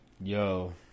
Yo